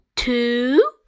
Two